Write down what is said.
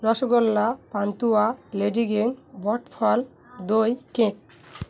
রসগোল্লা পান্তুয়া লেডিকেনি বটফল দই কেক